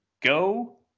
Go